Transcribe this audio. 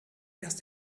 erst